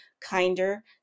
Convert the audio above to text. kinder